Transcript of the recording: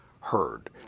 heard